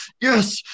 yes